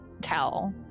tell